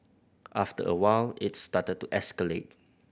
after a while its started to escalate